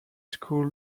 school